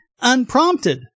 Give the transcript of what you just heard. unprompted